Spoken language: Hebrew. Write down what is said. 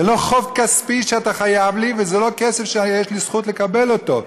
זה לא חוב כספי שאתה חייב לי וזה לא כסף שיש לי זכות לקבל אותו.